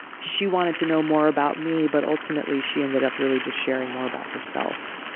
she wanted to know more about me, but ultimately she ended up really just sharing more about herself.